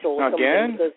Again